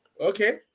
okay